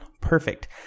Perfect